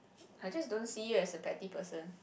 I just don't see you as a petty person